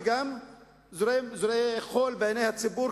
וגם זורים חול בעיני הציבור,